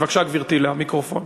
בבקשה, גברתי, למיקרופון.